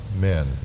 men